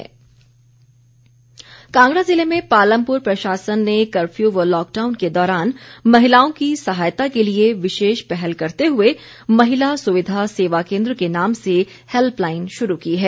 महिला सुविधा कांगड़ा जिले मे पालमपुर प्रशासन ने कफ्यू व लॉकडाउन के दौरान महिलाओं की सहायता के लिए विशेष पहल करते हुए महिला सुविधा सेवा केंद्र के नाम से हैल्पलाईन शुरू की है